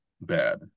bad